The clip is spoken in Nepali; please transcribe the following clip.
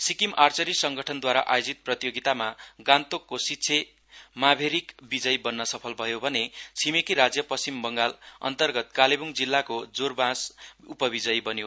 सिक्किम आचर्री संगठनद्वारा आयोजित प्रतियोगितामा गान्तोकको सिच्छे माभेरिक विजयी बन्न सफल भयो भने छिमेकी राज्य पश्चिम बङगाल अन्तर्गत कालेब्ङ जिल्लाको जोरबाँस उपविजयी बन्यो